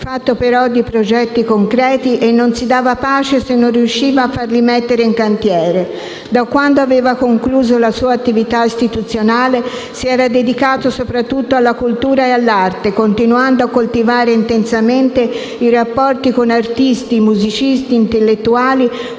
fatto però di progetti concreti, e non si dava pace se non riusciva a farli mettere in cantiere. Da quando aveva concluso la sua attività istituzionale si era dedicato soprattutto alla cultura e all'arte, continuando a coltivare intensamente i rapporti con artisti, musicisti, intellettuali,